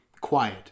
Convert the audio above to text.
quiet